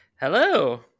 Hello